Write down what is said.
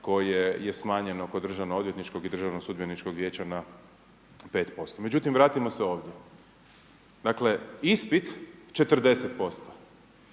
koje je smanjeno kod državno odvjetničkog i državnog sudbeničkog vijeća na 5%. Međutim, vratimo se ovdje. Dakle, ispit 40%,